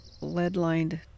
lead-lined